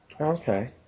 Okay